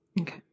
Okay